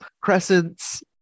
crescents